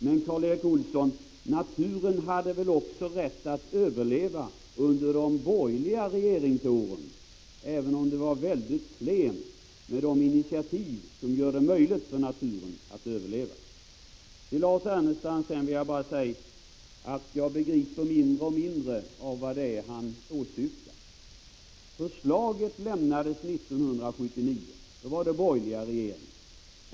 Men, Karl Erik Olsson, naturen hade väl rätt att överleva också under de borgerliga regeringsåren, även om det var mycket klent med de initiativ som gör det möjligt för naturen att överleva. Till Lars Ernestam vill jag bara säga att jag begriper mindre och mindre av vad det är som han åsyftar. Förslaget lämnades 1979. Då var det borgerlig regering.